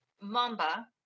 Mamba